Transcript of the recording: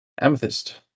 Amethyst